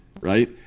right